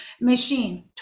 machine